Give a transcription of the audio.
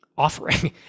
offering